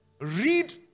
read